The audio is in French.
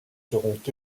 seront